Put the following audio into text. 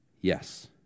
Yes